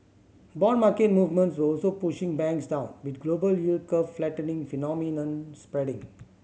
bond market movements were also pushing banks down with global yield curve flattening phenomenon spreading